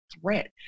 threat